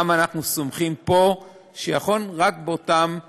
אנחנו סומכים גם פה שיחון רק באותם תנאים,